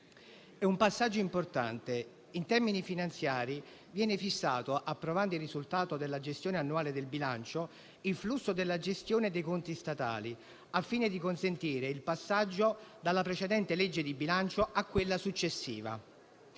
un passaggio importante. In termini finanziari viene fissato, approvando il risultato della gestione annuale del bilancio, il flusso della gestione dei conti statali, al fine di consentire il passaggio dalla precedente legge di bilancio a quella successiva;